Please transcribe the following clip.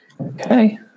Okay